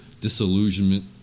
disillusionment